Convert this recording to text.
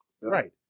Right